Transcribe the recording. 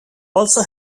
also